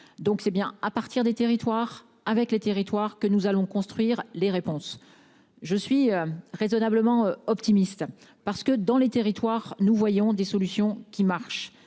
donc c'est bien à partir des territoires avec les territoires que nous allons construire les réponses. Je suis raisonnablement optimiste parce que dans les territoires, nous voyons des solutions qui marchent